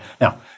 Now